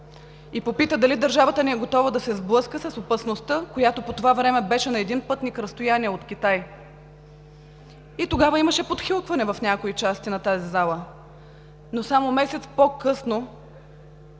и попита дали държавата ни е готова да се сблъска с опасността, която по това време беше на един пътник разстояние от Китай. И тогава имаше подхилкване в някои части на тази зала, но само месец по-късно